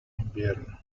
invierno